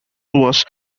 was